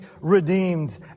redeemed